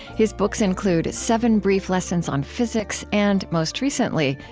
his books include seven brief lessons on physics and, most recently,